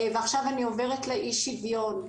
עכשיו אני עוברת לאי שוויון.